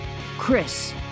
Chris